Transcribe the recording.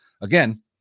again